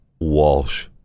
Walsh